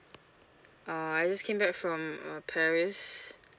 uh I just came back from uh paris